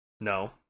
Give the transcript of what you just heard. No